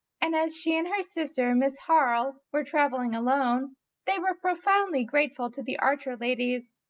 and as she and her sister miss harle were travelling alone they were profoundly grateful to the archer ladies,